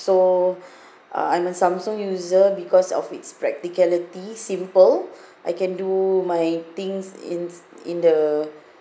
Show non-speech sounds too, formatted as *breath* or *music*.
so *breath* uh I'm a samsung user because of its practicality simple I can do my things in in the